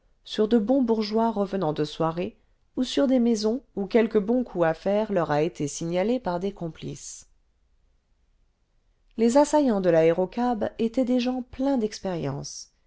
sur de bons bourgeois revenant de soirée ou sur des maisons où quelque bon coup à faire leur a été signalé par des complices les assaillants de l'aérocab étaient des gens pleins d'expérience